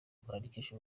kwandikisha